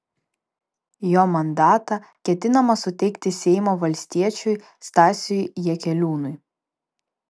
jo mandatą ketinama suteikti seimo valstiečiui stasiui jakeliūnui